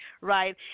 right